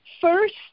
first